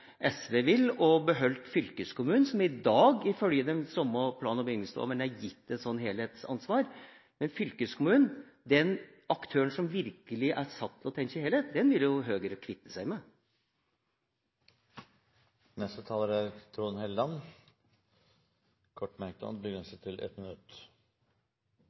SV vil, og beholdt fylkeskommunen, som i dag, ifølge den samme plan- og bygningsloven, er gitt et sånt helhetsansvar. Men fylkeskommunen, den aktøren som virkelig er satt til å tenke helhet, vil jo Høyre kvitte seg med. Representanten Trond Helleland har hatt ordet to ganger tidligere og får ordet til en kort merknad, begrenset til 1 minutt.